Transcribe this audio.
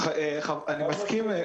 אני מסכים.